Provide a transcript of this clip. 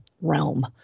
realm